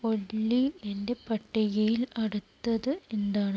ഒല്ലി എന്റെ പട്ടികയിൽ അടുത്തത് എന്താണ്